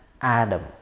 Adam